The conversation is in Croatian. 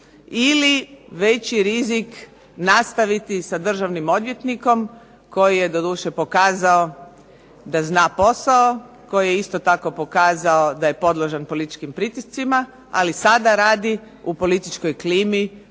ili veći rizik nastaviti sa državnim odvjetnikom koji je doduše pokazao da zna posao, koji je isto tako pokazao da je podložan političkim pritiscima, ali sada radi u političkoj klimi